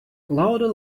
lauda